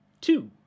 two